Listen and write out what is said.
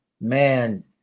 Man